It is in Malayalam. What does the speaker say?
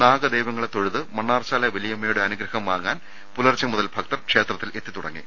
നാഗ ദൈവങ്ങളെ തൊഴുത് മണ്ണാർശാല വലിയമ്മയുടെ അനുഗ്രഹം വാങ്ങാൻ പുലർച്ച മുതൽ ഭക്തർ ക്ഷേത്രത്തിൽ എത്തി തുടങ്ങി